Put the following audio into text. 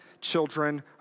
children